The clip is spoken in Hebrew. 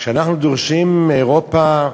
כשאנחנו דורשים מאירופה,